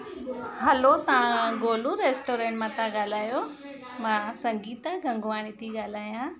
हलो तव्हां गोलू रेस्टोरेंट मां तां ॻाल्हायो मां संगीता गंगवानी थी ॻाल्हायां